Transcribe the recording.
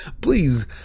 Please